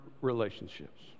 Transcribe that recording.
relationships